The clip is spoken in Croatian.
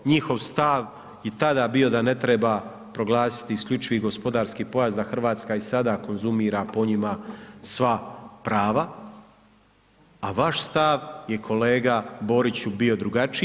Njihov stav je tada bio da ne treba proglasiti isključivi gospodarski pojas, da Hrvatska i sada konzumira po njima sva prava, a vaš stav je, kolega Boriću bio drugačiji.